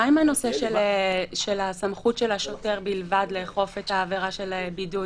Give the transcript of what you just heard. מה עם הנושא של הסמכות של השוטר בלבד לאכוף את העבירה של בידוד?